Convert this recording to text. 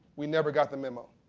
we never got the memo.